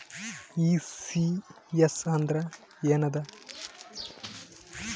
ECS ಅಂದ್ರ ಏನದ?